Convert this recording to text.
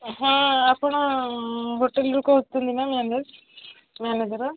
ହଁ ଆପଣ ହୋଟେଲ୍ରୁ କହୁଛନ୍ତି ନା ମ୍ୟାନେଜ୍ ମ୍ୟାନେଜର